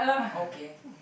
okay